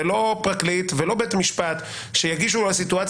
לא פרקליט ולא בית משפט שיגישו בסיטואציה